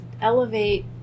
elevate